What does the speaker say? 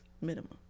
minimum